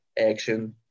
action